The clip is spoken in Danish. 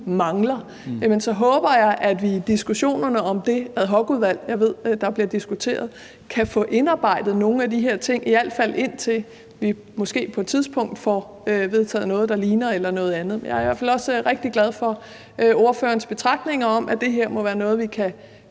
mangler. Og så håber jeg, at vi i diskussionerne om det ad hoc-udvalg, jeg ved bliver diskuteret, kan få indarbejdet nogle af de her ting, i alt fald indtil vi måske på et tidspunkt får vedtaget noget, der ligner, eller noget andet. Jeg er i hvert fald også rigtig glad for ordførerens betragtninger om, at det her må være noget, vi kan